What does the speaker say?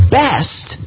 best